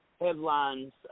headlines